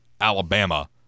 Alabama